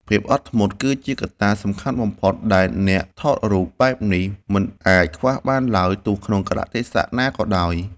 ភាពអត់ធ្មត់គឺជាកត្តាសំខាន់បំផុតដែលអ្នកថតរូបបែបនេះមិនអាចខ្វះបានឡើយទោះក្នុងកាលៈទេសៈណាក៏ដោយ។